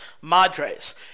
Madres